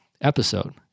episode